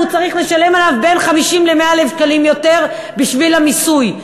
והוא צריך לשלם עליה בין 50,000 ל-100,000 שקלים יותר בשביל המיסוי.